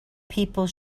people